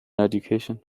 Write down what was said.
education